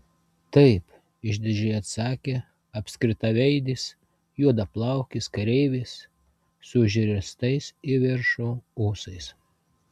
taip išdidžiai atsakė apskritaveidis juodaplaukis kareivis su užriestais į viršų ūsais